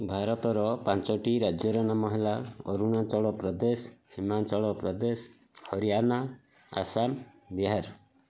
ଭାରତର ପାଞ୍ଚଟି ରାଜ୍ୟର ନାମ ହେଲା ଅରୁଣାଚଳ ପ୍ରଦେଶ ସିମାଞ୍ଚଳ ପ୍ରଦେଶ ହରିୟାନା ଆସାମ ବିହାର